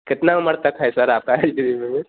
कितनी उम्र तक है सर आपका